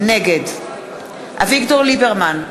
נגד אביגדור ליברמן,